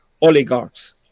oligarchs